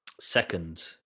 Second